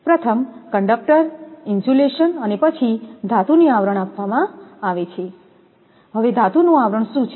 પ્રથમ conductor insulation અને પછી ધાતુની આવરણ આપવામાં આવે છે ધાતુનું આવરણ શું છે